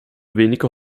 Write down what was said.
wenige